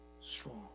strong